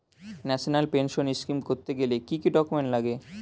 National pension scheme করতে গেলে কি কি ডকুমেন্ট লাগে?